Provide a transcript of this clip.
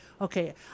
okay